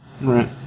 Right